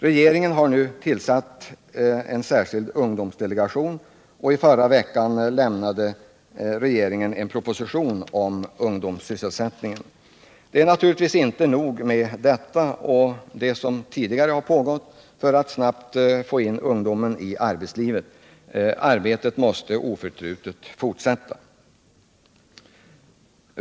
Regeringen har nu också tillsatt en särskild ungdomsdelegation. I förra veckan lade regeringen fram en proposition om ungdomssysselsättningen. Men detta — och det som tidigare gjorts — är naturligtvis inte tillräckligt för att få in ungdomarna i arbetslivet. Våra strävanden i det stycket måste oförtrutet fortsätta.